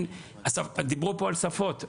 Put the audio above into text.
דיברו כאן על שפות,